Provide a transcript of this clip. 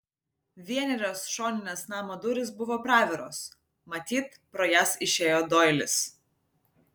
vienerios šoninės namo durys buvo praviros matyt pro jas išėjo doilis